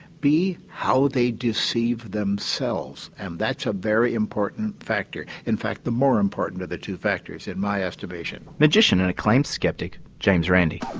how they deceive themselves, and that's a very important factor. in fact the more important of the two factors in my estimation. magician and acclaimed skeptic james randi.